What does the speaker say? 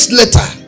later